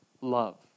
love